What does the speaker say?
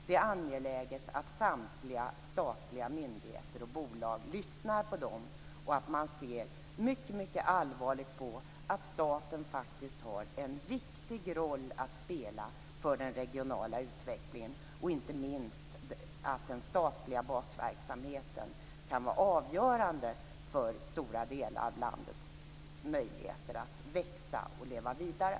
Det är angeläget att samtliga statliga myndigheter och bolag lyssnar, och staten har faktiskt en viktig roll att spela för den regionala utvecklingen. Inte minst den statliga basverksamheten kan vara avgörande för stora delar av landets möjligheter att växa och leva vidare.